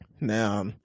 Now